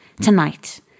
tonight